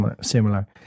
similar